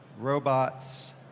robots